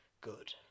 good